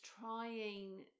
trying